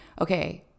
okay